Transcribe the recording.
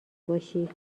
باشی